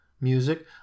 music